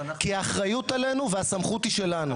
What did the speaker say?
כי האחריות עלינו והסמכות היא שלנו.